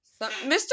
Mr